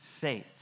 faith